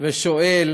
ושואל